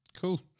Cool